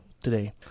today